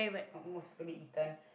or most frequently eaten